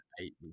Eight